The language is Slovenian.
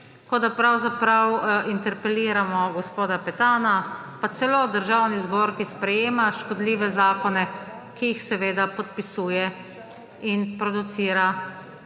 kot da pravzaprav interpeliramo gospoda Petana pa celo Državni zbor, ki sprejema škodljive zakone, ki jih seveda podpisuje in producira